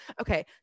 okay